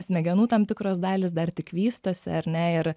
smegenų tam tikros dalys dar tik vystosi ar ne ir